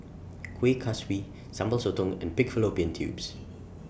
Kuih Kaswi Sambal Sotong and Pig Fallopian Tubes